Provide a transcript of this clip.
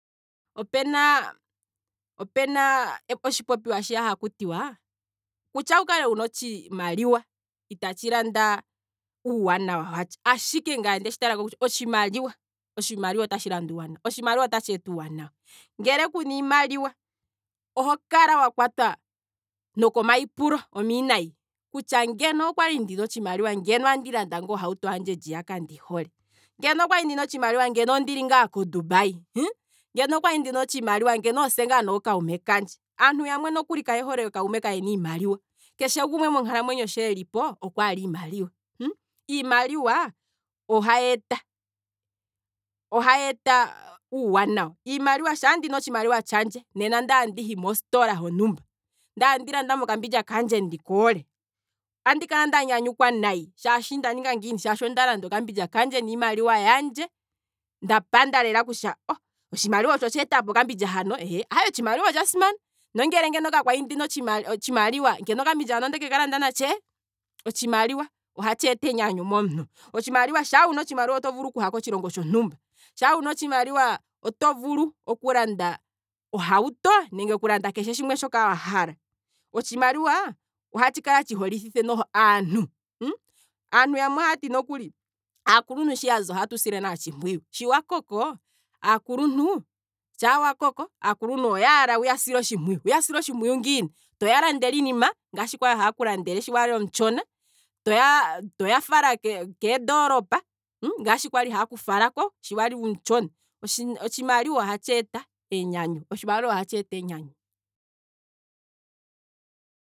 Opena opena otshi popiwa shiya haku tiwa, kutya wu kale wuna otshimaliwa, ita tshi landa uuwanawa watsha, ashike ngaye onde tshi talako kutya otshimaliwa ota tshi landa uuwanawa. otshimaliwa otatshi eta uuwanawa. ngele kuna iinaliwa, oho kala wa kwatwa noko mayipulo ominayi, kutya ngeno okwali ndina otshimaliwa ngeno andi landa ngaa ohauto handje ndjiyaka ndi hole, ngeno okwali ndina otshimaliwa ngeno ondili ngaa kodubai hmmh, ngeno okwali ndina otshimaliwa ngeno ose ngaa nookuume kandje, aantu yamwe nokuli kaye hole ookuume kaaana iimaliwa, keshe gumwe monkalamwenyo sho elipo okwaala iimaliwa, iimaliwa ohayi eta, ohayi eta uuwanawa, iimaliwa, nena sha ndina otshimaliwa tshandje, ndele tehi mositola hontumba, ndele tandi landamo okambindja kandje ndika hole, andi kala nda nyanyukwa nayi, shaashi onda landa okambindja kandje niimaliwa yandje, nda panda lela kutya otshimaliwa otsho tsheetapo okambindja hano aye otshimaliwa otsha simana, nongele ngeno ka kwali ndina otshimaliwa ngeno okambindja hano ondeke kalanda natshee, otshimaliwa ohatshi eta enyanyu momuntu, shaa wuna otshimaliwa oto vulu okuha kotshilongo tshontumba, shaa wuna otshimaliwa oto vulu okulanda ohawuto nenge keshe shimwe shoka wa hala, otshimaliwa ohatshi kala tshi holithithe noho aantu, aantu yamwe ohaya ti nokuli, aakuluntu shi twaza ohaye tu sile nale otshimpuyu, shi wakoko, shaa wakoko, aakuluntu oyaala wuya sile otshimpuyu, wuya sile otshimpuyu ngiini, toya landele iinima, ngaashi kwali heye kulandele sho wali omutshona, toya fala keendolopa ngashi kwali hayeku falako sho wali omutshona, otshimaliwa ohatshi eta enyanyu, otshimaliwa ohatshi eta enyanyu.